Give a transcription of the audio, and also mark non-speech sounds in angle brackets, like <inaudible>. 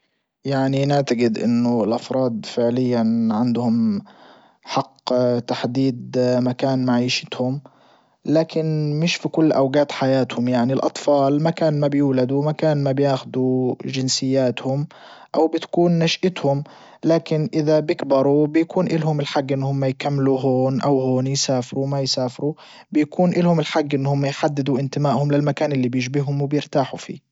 يعني نعتجد انه الافراد فعليا عندهم حق <hesitation> تحديد مكان معيشتهم لكن مش في كل اوجات حياتهم يعني الاطفال ما كان ما بيولدوا وما كان ما بياخدوا جنسياتهم او بتكون نشأتهم لكن اذا بكبروا بكون الهم الحج ان هم يكملوا هون او هون يسافروا ما يسافروا. بيكون الهم الحج انهم يحددوا انتمائهم للمكان اللي بيشبههم وبيرتاحوا فيه.